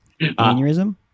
Aneurysm